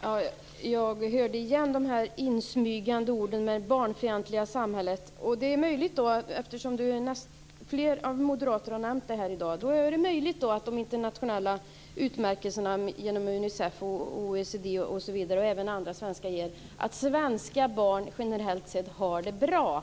Fru talman! Jag hörde återigen de insmygande orden om det barnfientliga samhället. Flera moderater har nämnt det i dag. Det är möjligt att Unicef, OECD m.fl., som har gett Sverige internationella utmärkelser för att barn här generellt sett har det bra